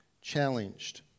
challenged